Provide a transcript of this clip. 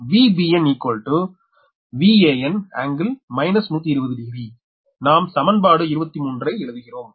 Vbn Van∟ 120° நாம் சமன்பாடு 23 ஐ எழுதுகிறோம்